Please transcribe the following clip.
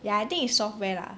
ya I think it's software lah